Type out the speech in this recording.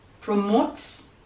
promotes